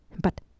But